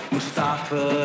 Mustafa